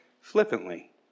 flippantly